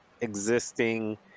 existing